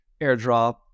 airdrop